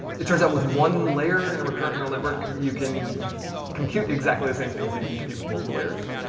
it turns out with one layer in recurrent neural network, you can compute exactly the same things that you can compute with multiple layers.